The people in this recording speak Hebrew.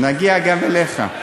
נגיע גם אליך.